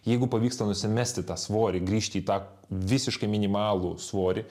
jeigu pavyksta nusimesti tą svorį grįžti į tą visiškai minimalų svorį